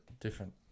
different